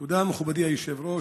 תודה, מכובדי היושב-ראש.